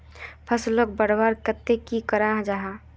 फसलोक बढ़वार केते की करा जाहा?